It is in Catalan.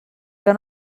que